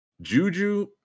Juju